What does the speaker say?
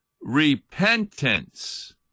repentance